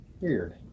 Weird